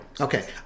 Okay